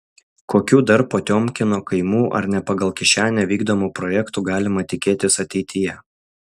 kokių dar potiomkino kaimų ar ne pagal kišenę vykdomų projektų galima tikėtis ateityje